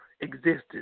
existed